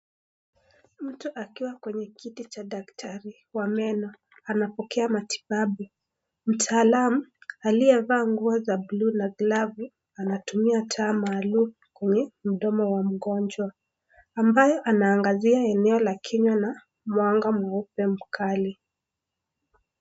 Mtu akiwa kwenye kiti cha daktari wa meno anapokea matibabu, mtaalam aliyevaa nguo za bluu na glavu anatumia taa maalum kwenye mdomo wa mgonjwa ambayo anaangazia eneo la kinywa na mwanga meupe mkali.